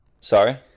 Sorry